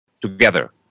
together